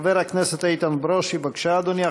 חבר הכנסת איתן ברושי, בבקשה, אדוני.